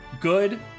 good